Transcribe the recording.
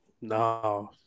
no